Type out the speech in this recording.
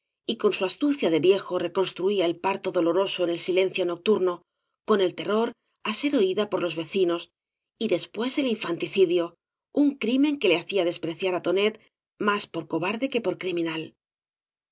y con bu astucia de viejo reconstruía el parto doloroso en el silencio nocturno con el terror á ser oída por los vecinos y después el infanticidio un crimen que le hacia despreciar á tonet más por cobarde que por criminal